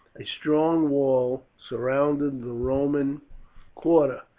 a strong wall surrounded the roman quarter,